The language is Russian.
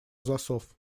засов